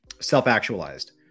self-actualized